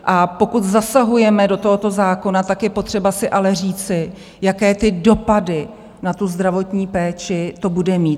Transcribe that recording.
A pokud zasahujeme do tohoto zákona, je potřeba si ale říci, jaké dopady na zdravotní péči to bude mít.